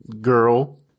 girl